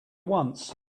once